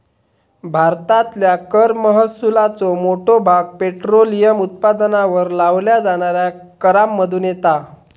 भारतातल्या कर महसुलाचो मोठो भाग पेट्रोलियम उत्पादनांवर लावल्या जाणाऱ्या करांमधुन येता